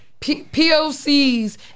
POCs